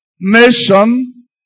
nation